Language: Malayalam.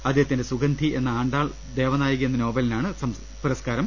അദ്ദേഹത്തിന്റെ സുഗന്ധിഎന്ന ആണ്ടാൾ ദേവനായകി എന്ന നോവലിനാണ് പുരസ് കാരം